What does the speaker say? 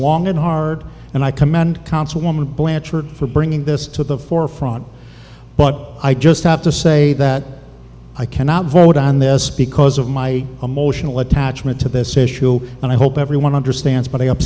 long and hard and i commend councilwoman blanchard for bringing this to the forefront but i just have to say that i cannot vote on this because of my emotional attachment to this issue and i hope everyone understands bu